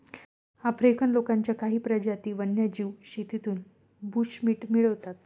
African लोकांच्या काही प्रजाती वन्यजीव शेतीतून बुशमीट मिळवतात